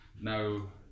no